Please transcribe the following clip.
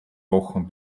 wochen